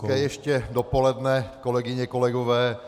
Hezké ještě dopoledne, kolegyně, kolegové.